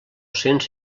cents